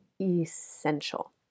essential